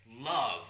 love